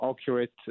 accurate